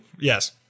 Yes